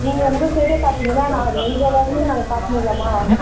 நீங்கள் உங்கள் சைடே பார்த்தீங்கன்னா நான் எங்கள் வேலையும் நாங்கள் பார்க்கணும் இல்லைம்மா